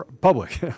public